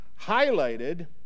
highlighted